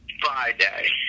Friday